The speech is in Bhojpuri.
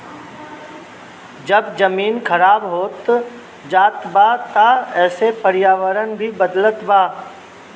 जब जमीन खराब होत जात बा त एसे पर्यावरण भी बदलत बा